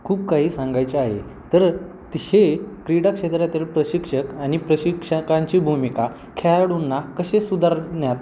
खूप काही सांगायचे आहे तर ते हे क्रीडाक्षेत्रातील प्रशिक्षक आणि प्रशिक्षकांची भूमिका खेळाडूंना कसे सुधारण्यात